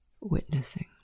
witnessing